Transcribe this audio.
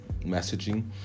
messaging